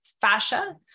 fascia